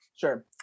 Sure